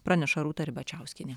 praneša rūta ribačiauskienė